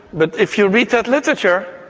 but if you read that literature,